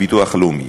הביטוח הלאומי.